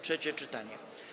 Trzecie czytanie.